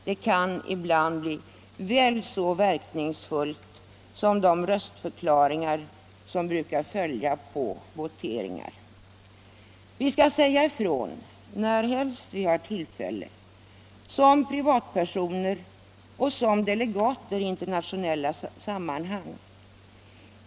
De kan ibland vara väl så verkningsfulla som de röstförklaringar som brukar följa på voteringar. Vi skall säga ifrån närhelst vi har tillfälle, som privatpersoner och som delegater i internationella sammanhang.